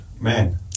Man